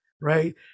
right